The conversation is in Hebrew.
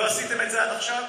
לא עשיתם את זה עד עכשיו?